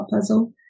puzzle